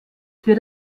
für